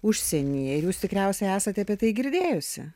užsienyje ir jūs tikriausiai esate apie tai girdėjusi